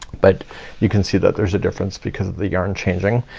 but you can see that there's a difference because of the yarn changing.